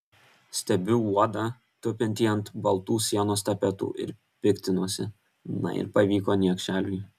stebiu uodą tupintį ant baltų sienos tapetų ir piktinuosi na ir pavyko niekšeliui